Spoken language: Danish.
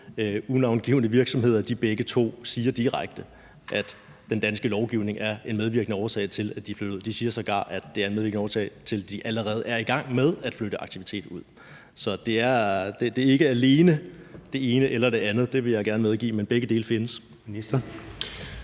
unavngivne virksomheder begge direkte siger, at den danske lovgivning er en medvirkende årsag til, at de er flyttet ud. De siger sågar, at det er en medvirkende årsag til, at de allerede er i gang med at flytte aktivitet ud. Så det er ikke alene det ene eller det andet. Det vil jeg gerne medgive, men begge dele findes.